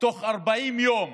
תוך 40 יום